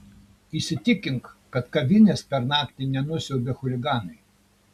įsitikink kad kavinės per naktį nenusiaubė chuliganai